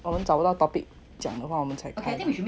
我们找不到 topic 讲的话我们才开